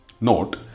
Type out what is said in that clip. note